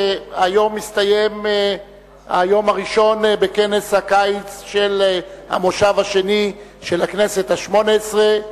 היום מסתיים היום הראשון בכנס הקיץ של המושב השני של הכנסת השמונה-עשרה.